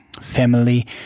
family